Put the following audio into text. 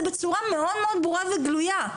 הם אומרים לכם את זה בצורה מאוד ברורה וגלויה.